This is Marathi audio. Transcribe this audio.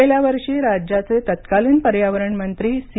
गेल्या वर्षी राज्याचे तत्कालिन पर्यावरण मंत्री सी